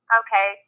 okay